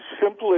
simply